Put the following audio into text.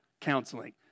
counseling